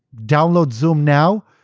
download zoom now,